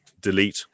Delete